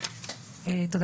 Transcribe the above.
תודה